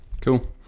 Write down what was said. Cool